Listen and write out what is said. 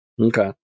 Okay